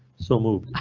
so moved.